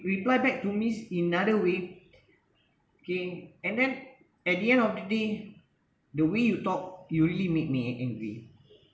re~ reply back to me in another way okay and then at the end of the day the way you talk you really made me angry